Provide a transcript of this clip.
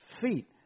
feet